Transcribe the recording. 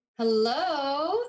Hello